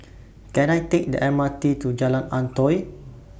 Can I Take The M R T to Jalan Antoi